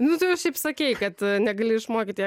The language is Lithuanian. nu tu jau šiaip sakei kad negali išmokyti